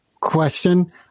question